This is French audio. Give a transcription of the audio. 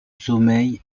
sommeil